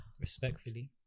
respectfully